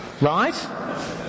right